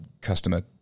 customer